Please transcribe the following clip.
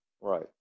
Right